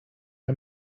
are